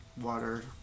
water